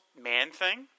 Man-Thing